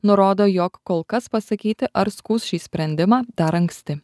nurodo jog kol kas pasakyti ar skųs šį sprendimą dar anksti